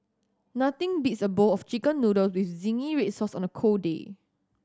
nothing beats a bowl of Chicken Noodles with zingy red sauce on a cold day